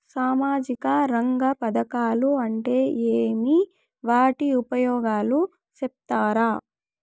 సామాజిక రంగ పథకాలు అంటే ఏమి? వాటి ఉపయోగాలు సెప్తారా?